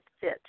fit